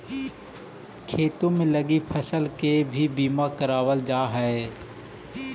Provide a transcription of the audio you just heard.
खेत में लगल फसल के भी बीमा करावाल जा हई